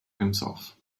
himself